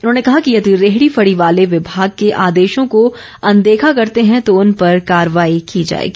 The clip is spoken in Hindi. उन्होंने कहा कि यदि रेहडी फड़ी वाले विभाग के आदेशों को अनदेखा करते हैं तो उन पर कार्रवाई की जाएगी